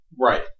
Right